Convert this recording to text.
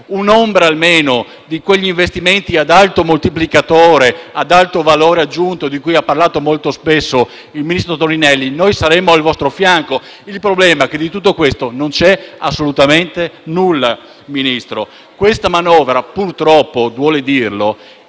un'ombra almeno di quegli investimenti ad alto moltiplicatore, ad alto valore aggiunto di cui ha parlato molto spesso il ministro Toninelli, noi saremmo al vostro fianco. Il problema è che di tutto questo non c'è assolutamente nulla, Ministro. Questa manovra, purtroppo, duole dirlo,